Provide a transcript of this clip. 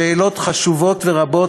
שאלות חשובות ורבות,